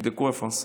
תבדקו איפה השר.